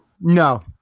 no